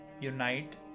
unite